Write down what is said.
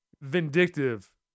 Vindictive